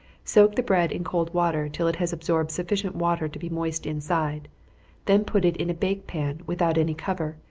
soak the bread in cold water till it has absorbed sufficient water to be moist inside then put it in a bake pan, without any cover,